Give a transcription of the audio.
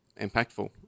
impactful